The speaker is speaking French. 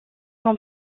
son